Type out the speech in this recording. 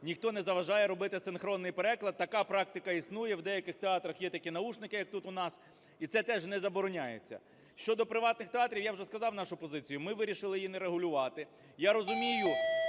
ніхто не заважає робити синхронний переклад. Така практика існує. В деяких театрах є такі навушники як тут, у нас. І це теж не забороняється. Щодо приватних театрів. Я вже сказав нашу позицію, ми вирішили її не регулювати.